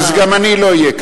אז גם אני לא אהיה כאן.